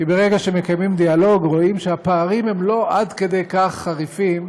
כי ברגע שמקיימים דיאלוג רואים שהפערים הם לא עד כדי כך חריפים,